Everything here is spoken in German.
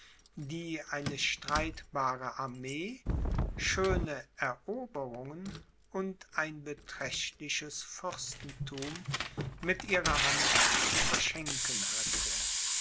die eine streitbare armee schöne eroberungen und ein beträchtliches fürstentum mit ihrer hand zu verschenken hatte